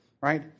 Right